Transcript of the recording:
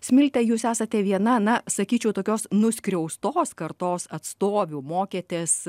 smilte jūs esate viena na sakyčiau tokios nuskriaustos kartos atstovių mokėtės